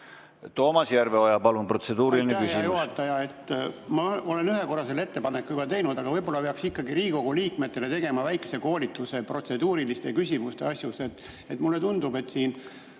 Toomas Järveoja, palun, protseduuriline küsimus!